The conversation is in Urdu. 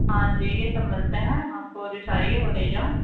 ہاں جی یہ سب ملتے ہیں آپ کو جو چاہیے وہ لے جائیں